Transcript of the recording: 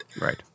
Right